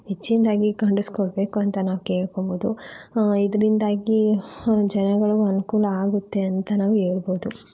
ಹೆಚ್ಚಿನದಾಗಿ ಕಂಡುಸ್ಕೊಡ್ಬೇಕು ಅಂತ ನಾವು ಕೇಳ್ಕೊಬೌದು ಇದರಿಂದಾಗಿ ಜನಗಳ್ಗೂ ಅನುಕೂಲ ಆಗುತ್ತೆ ಅಂತ ನಾವು ಹೇಳ್ಬೋದು